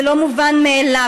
זה לא מובן מאליו,